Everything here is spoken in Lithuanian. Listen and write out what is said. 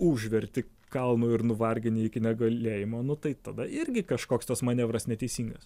užverti kalnu ir nuvargini iki negalėjimo nu tai tada irgi kažkoks tos manevras neteisingas